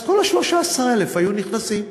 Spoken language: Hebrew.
אז כל ה-13,000 היו נכנסים.